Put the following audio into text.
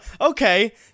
Okay